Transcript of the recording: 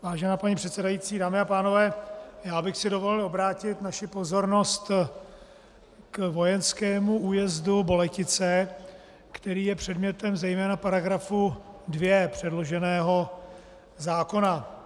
Vážená paní předsedající, dámy a pánové, já bych si dovolil obrátit naši pozornost k vojenskému újezdu Boletice, který je předmětem zejména § 2 předloženého zákona.